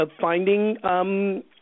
finding